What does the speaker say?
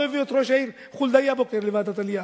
למה לא הביאו את ראש העיר חולדאי הבוקר לוועדת העלייה,